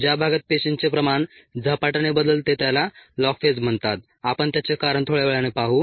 ज्या भागात पेशींचे प्रमाण झपाट्याने बदलते त्याला लॉग फेज म्हणतात आपण त्याचे कारण थोड्या वेळाने पाहू